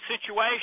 situation